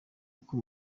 uko